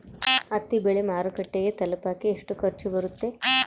ಹತ್ತಿ ಬೆಳೆ ಮಾರುಕಟ್ಟೆಗೆ ತಲುಪಕೆ ಎಷ್ಟು ಖರ್ಚು ಬರುತ್ತೆ?